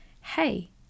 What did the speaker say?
hey